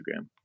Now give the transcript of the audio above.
instagram